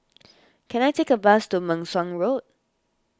can I take a bus to Meng Suan Road